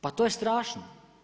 Pa to je strašno.